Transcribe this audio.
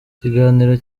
ikiganiro